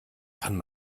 kann